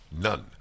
none